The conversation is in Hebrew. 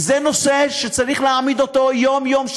זה נושא שצריך להעמיד אותו יום-יום,